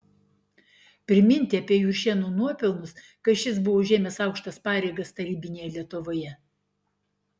priminti apie juršėno nuopelnus kai šis buvo užėmęs aukštas pareigas tarybinėje lietuvoje